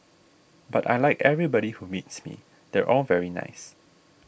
but I like everybody who meets me they're all very nice